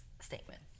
statement